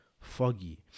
Foggy